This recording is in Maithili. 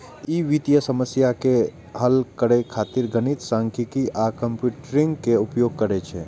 ई वित्तीय समस्या के हल करै खातिर गणित, सांख्यिकी आ कंप्यूटिंग के उपयोग करै छै